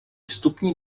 vstupní